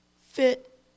Fit